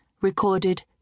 recorded